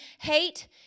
hate